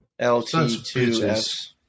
LT2S